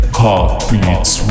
heartbeats